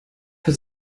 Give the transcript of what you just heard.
für